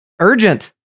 Urgent